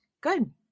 good